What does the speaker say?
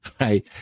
right